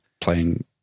playing